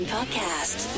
Podcast